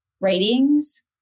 ratings